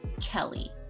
kelly